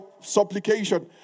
supplication